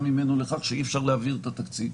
ממנו לכך שאי אפשר להעביר את התקציב.